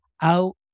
out